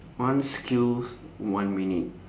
one skills one minute